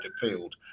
field